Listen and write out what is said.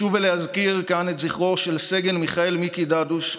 לשוב ולהזכיר כאן את זכרו של סגן מיכאל מיקי דדוש,